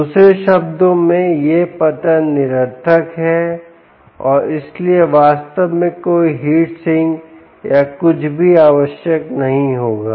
दूसरे शब्दों में यह पतन निरर्थक है और इसलिए वास्तव में कोई हीट सिंक या कुछ भी आवश्यक नहीं होगा